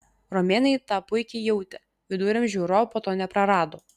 romėnai tą puikiai jautė viduramžių europa to neprarado